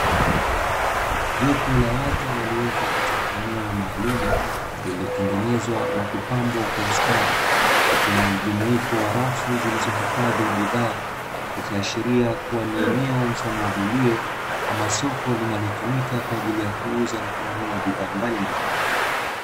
Jopo la watu waliopo katika eneo maalumu, lililotengenezwa na kupambwa kwa ustadi likiwa na mjumuiko wa rafu zilizohifadhi bidhaa. Ikiashiria kuwa ni eneo mfano wa gulio ama soko linalotumika kwa ajili ya kununua na kuuza bidhaa mbalimbali.